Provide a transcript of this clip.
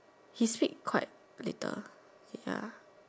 he speak quite little ya